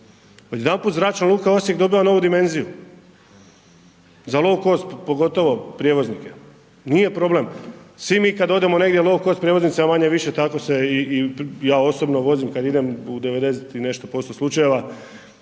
Odjedanput zračna luka Osijek dobiva novu dimenziju, za lo-cost pogotovo prijevoznike, nije problem, svi mi kad odemo negdje lo-cost prijevoznici, a manje-više tako se i ja osobno vozim kad idem u 90 i nešto